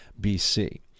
BC